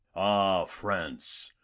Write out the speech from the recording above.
ah, france,